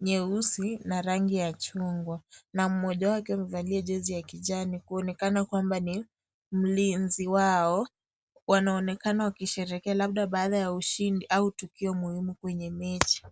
nyeusi na rangi ya chungwa. Na mmoja wao akiwa amevalia jezi ya kijani, kuonekana kwamba ni mlinzi wao. Wanaonekana wakisherehekea labda baada ya ushindi au tukio muhimu kwenye mechi.